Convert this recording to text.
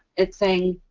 it's saying,